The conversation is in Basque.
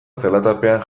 zelatapean